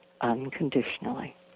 unconditionally